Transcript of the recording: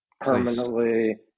permanently